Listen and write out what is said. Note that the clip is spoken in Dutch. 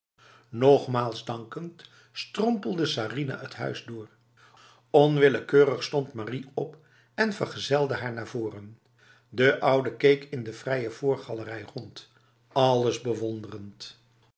nogmaals dankend strompelde sarinah het huis door onwillekeurig stond marie op en vergezelde haar naar voren de oude keek in de fraaie voorgalerij rond alles bewonderend